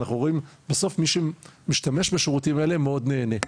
אנחנו רואים בסוף שמי שמשתמש בשירותים האלו מאוד נהנה,